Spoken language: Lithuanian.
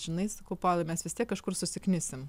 žinai sakau povilai mes vis tiek kažkur susiknisim